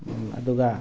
ꯑꯗꯨꯒ